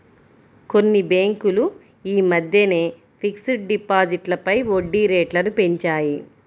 కొన్ని బ్యేంకులు యీ మద్దెనే ఫిక్స్డ్ డిపాజిట్లపై వడ్డీరేట్లను పెంచాయి